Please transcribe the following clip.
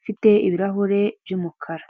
ifite ibirahure by'umukara.